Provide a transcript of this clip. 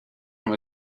from